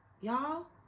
y'all